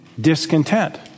discontent